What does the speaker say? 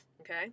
okay